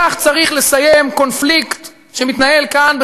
כך צריך לסיים קונפליקט שמתנהל כאן,